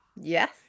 Yes